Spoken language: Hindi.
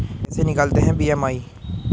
कैसे निकालते हैं बी.एम.आई?